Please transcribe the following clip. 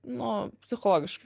nu psichologiškai